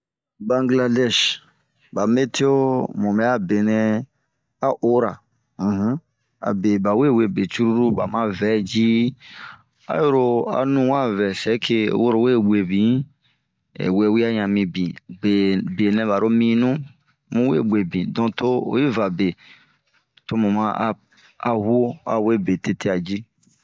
Bangladɛsi, ba meto bɛ a benɛ a ora, unhun abe ba we we be cururu, ba ma vɛɛ yi, aiyi ro a nu wa vɛɛ sɛke woro we guebin ɛh wwia ɲamibin. Be nɛ ba ro minu bun we guebin, too oyi va be to mu ma a huo a we be tetia ma yi.